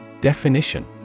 Definition